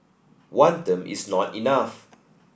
one term is not enough